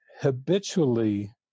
habitually